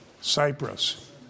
Cyprus